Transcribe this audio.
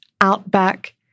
outback